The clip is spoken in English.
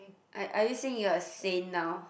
I are you saying you are a saint now